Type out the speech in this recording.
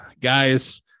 Guys